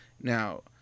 Now